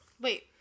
Wait